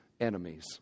enemies